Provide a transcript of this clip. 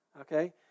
Okay